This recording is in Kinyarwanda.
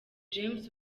james